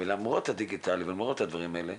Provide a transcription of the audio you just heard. למרות הדיגיטלי ולמרות הדברים האלה,